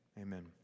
Amen